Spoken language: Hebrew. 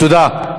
תודה.